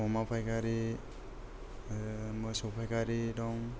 अमा फायखारि मोसौ फायखारि दं